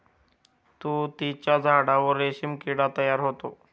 तुतीच्या झाडावर रेशीम किडा तयार होतो